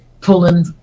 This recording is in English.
pulling